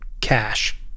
cash